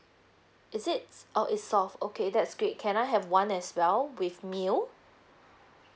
is it s~ oh is soft okay that's great can I have one as well with meal